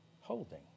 Holding